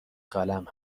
قلم